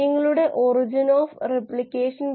അതിനാൽ നിങ്ങൾ ഇത് മുറിക്കുകയാണെങ്കിൽ ഇതും ഛേദിക്കപ്പെടും